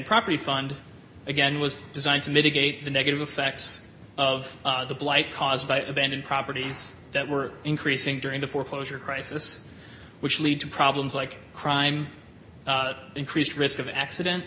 property fund again was designed to mitigate the negative effects of the blight caused by abandoned properties that were increasing during the foreclosure crisis which lead to problems like crime increased risk of accident